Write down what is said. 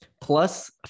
plus